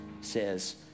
says